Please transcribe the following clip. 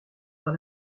par